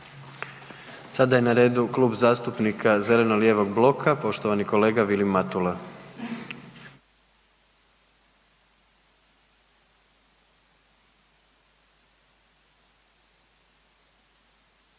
Sada je na redu Klub zastupnika zeleno-lijevog bloka, poštovani kolega Vili Matula.